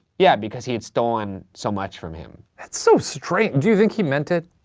yeah because he had stolen so much from him. that's so strange. do you think he meant it?